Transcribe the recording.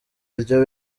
iryo